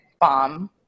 bomb